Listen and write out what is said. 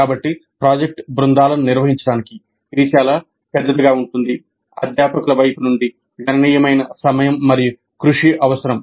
కాబట్టి ప్రాజెక్ట్ బృందాలను నిర్వహించడానికి ఇది చాలా పెద్దదిగా ఉంటుంది అధ్యాపకుల వైపు నుండి గణనీయమైన సమయం మరియు కృషి అవసరం